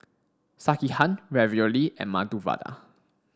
Sekihan Ravioli and Medu Vada